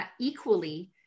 equally